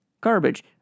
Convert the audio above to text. garbage